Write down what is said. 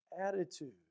attitude